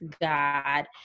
God